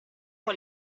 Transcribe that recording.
può